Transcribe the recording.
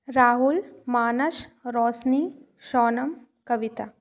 Rahul Manas Roshni Sonam Kavita